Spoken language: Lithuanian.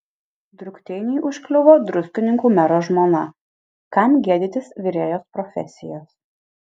drukteiniui užkliuvo druskininkų mero žmona kam gėdytis virėjos profesijos